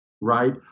right